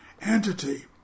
entity